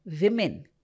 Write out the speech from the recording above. Women